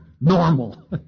normal